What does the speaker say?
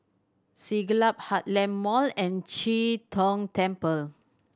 Siglap Heartland Mall and Chee Tong Temple